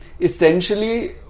essentially